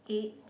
eight